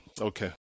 Okay